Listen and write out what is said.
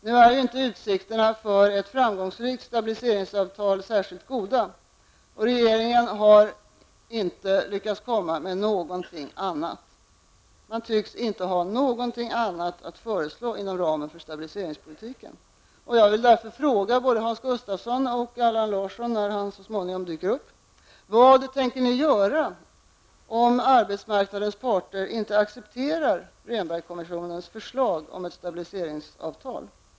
Nu är inte uvsikterna för ett framgångsrikt stabiliseringsavtal särskilt goda, och regeringen har inte lyckats komma med något annat inom ramen för stabiliseringspolitiken. Jag vill därför fråga både Hans Gustafsson och Allan Larsson när han så småningom dyker upp: Vad tänker ni göra om arbetsmarknadens parter inte accepterar Rehnberg-kommissionens förslag om ett stabiliseringsavtal?